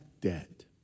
debt